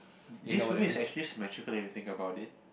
this for me is actually symmetrical everything about it